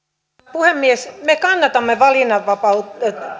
puhemies me kannatamme